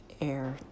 air